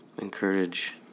encourage